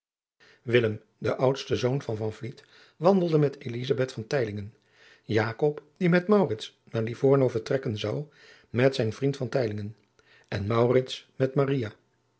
de oudste zoon van van vliet wandelde met elizabeth van teylingen jakob die met maurits naar livorno vertrekken zou met zijn vriend van teylingen en maurits met